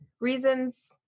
reasons